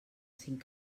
cinc